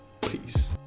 Peace